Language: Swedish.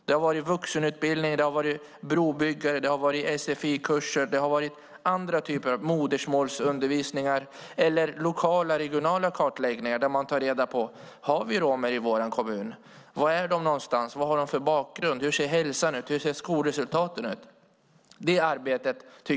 Det har varit vuxenutbildning, brobyggare, sfi-kurser, modersmålsundervisning och andra typer av verksamhet. Det har gjorts lokala och regionala kartläggningar där man har tagit reda på: Har vi romer i vår kommun? Var är de någonstans? Vad har de för bakgrund? Hur ser hälsan ut? Hur ser skolresultaten ut?